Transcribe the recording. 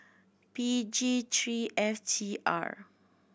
P G three F T R